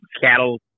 cattle